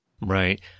Right